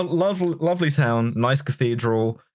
um lovely lovely town, nice cathedral,